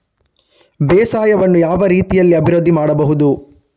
ಬೇಸಾಯವನ್ನು ಯಾವ ರೀತಿಯಲ್ಲಿ ಅಭಿವೃದ್ಧಿ ಮಾಡಬಹುದು?